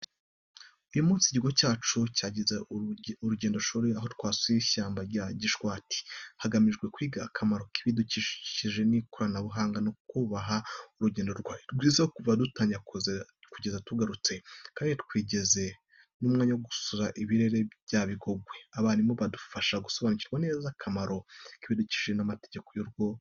Uyu munsi ikigo cyacu cyagize urugendoshuri, aho twasuye ishyamba rya Gishwati, hagamijwe kwiga akamaro k’ibidukikije, kubibungabunga no kubyubaha. Urugendo rwari rwiza kuva dutangira kugeza tugarutse kandi twagize n’umwanya wo gusura ibere rya Bigogwe, abarimu badufasha gusobanukirwa neza akamaro k’ibidukikije n’amateka y’urwo rutare.